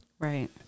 Right